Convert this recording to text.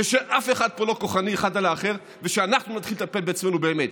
ושאף אחד פה לא כוחני על האחר ושאנחנו נתחיל לטפל בעצמנו באמת.